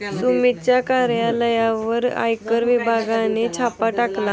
सुमितच्या कार्यालयावर आयकर विभागाने छापा टाकला